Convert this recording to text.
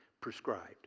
prescribed